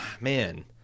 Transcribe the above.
Man